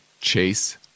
Chase